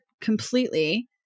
completely